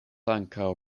ankaŭ